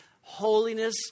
holiness